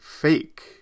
fake